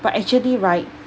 but actually right